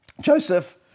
Joseph